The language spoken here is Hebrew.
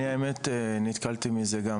אני האמת נתקלתי בזה גם